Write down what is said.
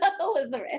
Elizabeth